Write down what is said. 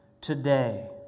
Today